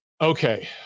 Okay